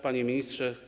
Panie Ministrze!